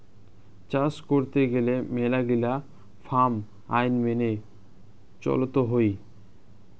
চাস করত গেলে মেলাগিলা ফার্ম আইন মেনে চলত হই